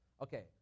Okay